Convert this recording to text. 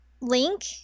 Link